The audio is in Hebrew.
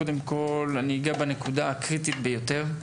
קודם כל, אגע בנקודה הקריטית ביותר: